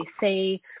say